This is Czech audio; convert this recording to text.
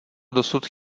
dosud